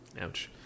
Ouch